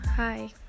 hi